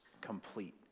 complete